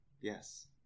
Yes